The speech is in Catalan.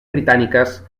britàniques